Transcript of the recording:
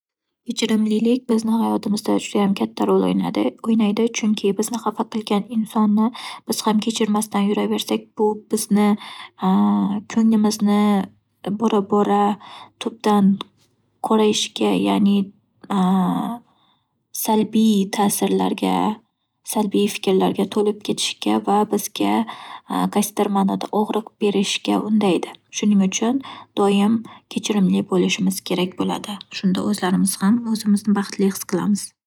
Kechirimlilik bizni hayotimizda judayam katta rol o'ynadi-o'ynaydi. Chunki bizni xafa qilgan insonni biz ham kechirmasdan yuraversak, bu bizni ko'nglimizni bora-bora tubdan qorayishga ya'ni salbiy ta'sirlarga, salbiy fikrlarga to'lib ketishga va bizga qaysidir ma'noda og'riq berishga undaydi. Shuning uchun doim kechirimli bo'lishimiz kerak bo'ladi. Shunda o'zlarimiz ham o'zimizni baxtli his qilamiz.